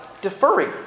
deferring